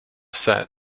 set